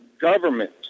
government